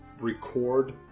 record